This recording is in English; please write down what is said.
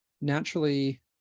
naturally